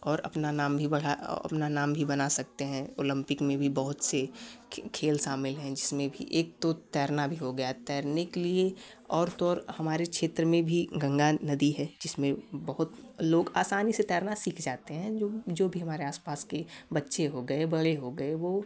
और अपना नाम भी बढ़ा अपना नाम भी बना सकते हैं ओलंपिक में भी बहुत से खेल शामिल है जिसमें भी एक तो तैरना भी हो गया तैरने के लिए और तो और हमारे क्षेत्र में भी गंगा नदी है जिसमें बहुत लोग असानी से तैरना सीख जाते हैं जो भी हमारे आसपास के बच्चे हो गए बड़े हो गए वो